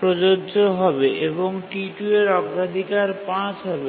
প্রযোজ্য হবে এবং T2 এর অগ্রাধিকার ৫ হবে